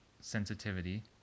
sensitivity